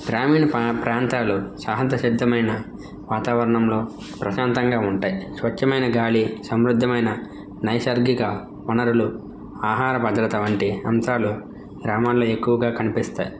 గ్రామీణ పా ప్రాంతాలు సహంత సిద్ధమైన వాతావరణంలో ప్రశాంతంగా ఉంటాయి స్వచ్ఛమైన గాలి సమృద్ధమైన నైసర్గిక వనరులు ఆహార భద్రత వంటి అంశాలు గ్రామాల్లో ఎక్కువగా కనిపిస్తాయి